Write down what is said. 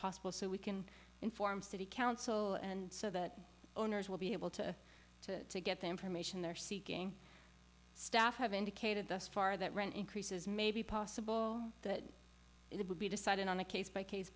possible so we can inform city council and so that owners will be able to to get the information they're seeking staff have indicated thus far that rent increases may be possible that it will be decided on a case by case